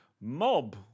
mob